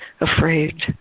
afraid